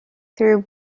through